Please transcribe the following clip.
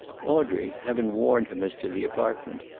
audrey, having warned him as to the apartment,